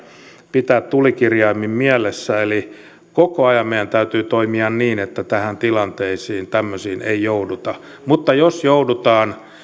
pitää tulikirjaimin mielessä eli koko ajan meidän täytyy toimia niin että tämmöisiin tilanteisiin ei jouduta mutta jos joudutaan